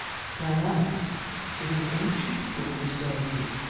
cernunnos is an ancient gaulish deity,